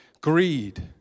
greed